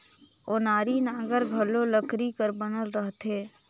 ओनारी नांगर घलो लकरी कर बनल रहथे